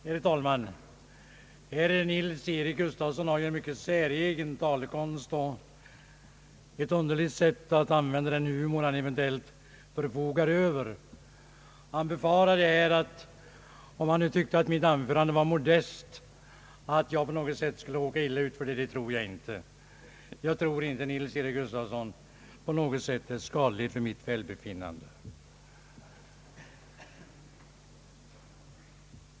Herr talman! Herr Nils-Eric Gustafsson har en mycket säregen talekonst och ett underligt sätt att använda den humor han eventuellt förfogar över. Han befarade här att jag, då han tyckte att mitt anförande var modest, på något sätt skulle råka illa ut av den anledningen. Jag tror inte, herr Nils-Eric Gustafsson, att detta på något sätt är skadligt för mitt välbefinnande.